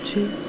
Two